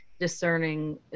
discerning